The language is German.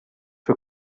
für